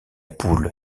poule